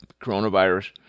coronavirus